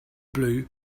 blue